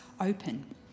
open